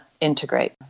integrate